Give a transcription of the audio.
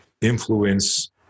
influence